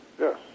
Yes